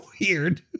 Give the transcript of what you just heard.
weird